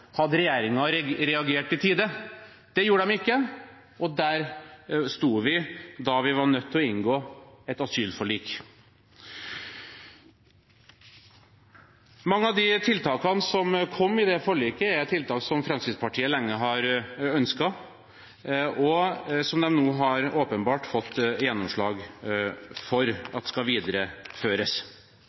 hadde reagert i tide. Det gjorde den ikke, og der sto vi da vi var nødt til å inngå et asylforlik. Mange av de tiltakene som kom i det forliket, er tiltak som Fremskrittspartiet lenge har ønsket, og som de nå åpenbart har fått gjennomslag for at skal videreføres.